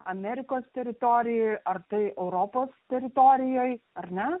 amerikos teritorijoj ar tai europos teritorijoj ar ne